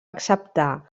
acceptar